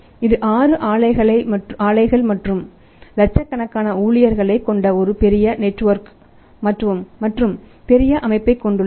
இது 6 ஆலைகள் மற்றும் லட்சக்கணக்கான ஊழியர்களை கொண்ட ஒரு பெரிய நெட்வொர்க் மற்றும் பெரிய அமைப்பைக் கொண்டுள்ளது